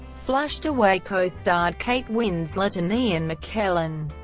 flushed away co-starred kate winslet and ian mckellen.